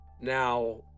now